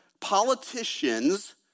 Politicians